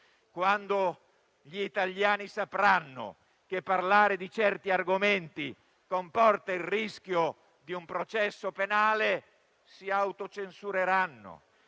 Quando gli italiani sapranno che parlare di certi argomenti comporta il rischio di un processo penale si autocensureranno,